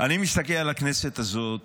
אני מסתכל על הכנסת הזאת